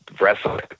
wrestling